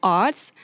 arts